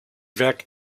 werk